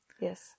yes